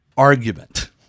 Argument